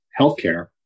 healthcare